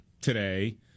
today